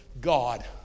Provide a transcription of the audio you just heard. God